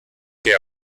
que